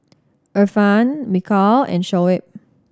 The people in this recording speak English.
Irfan Mikhail and Shoaib